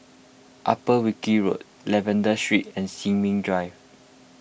Upper Wilkie Road Lavender Street and Sin Ming Drive